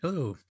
Hello